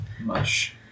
Mush